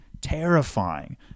terrifying